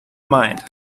mind